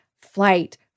flight